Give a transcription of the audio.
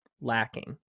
lacking